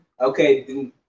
Okay